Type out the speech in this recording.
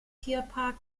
tierpark